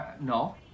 No